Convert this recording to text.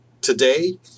today